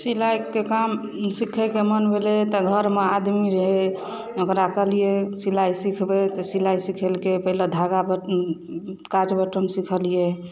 सिलाइ के काम सीखै के मन भेलै तऽ घर मे आदमी रहै ओकरा कहलियै सिलाइ सीखबै तऽ सिलाइ सीखेलकै पहिले धागा बटम काज बटम सीखलियै